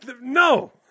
No